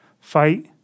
fight